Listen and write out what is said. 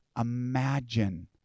imagine